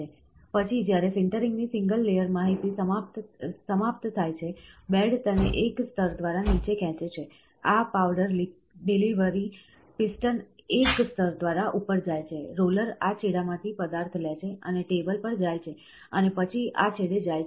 પછી જ્યારે સિન્ટરિંગની સિંગલ લેયર માહિતી સમાપ્ત થાય છે બેડ તેને એક સ્તર દ્વારા નીચે ખેંચે છે આ પાવડર ડિલિવરી પિસ્ટન એક સ્તર દ્વારા ઉપર જાય છે રોલર આ છેડામાંથી પદાર્થ લે છે અને ટેબલ પર જાય છે અને પછી આ છેડે જાય છે